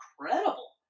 incredible